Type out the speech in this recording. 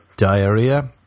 diarrhea